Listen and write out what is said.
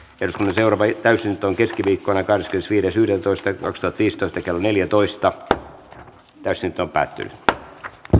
entä seura vei täysin tai keskiviikkona kanslisti edes yhdentoista korostaa tiistaista lakiehdotuksen ensimmäinen käsittely päättyi